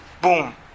Boom